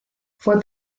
fue